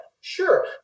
Sure